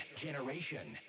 generation